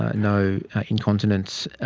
ah no incontinence.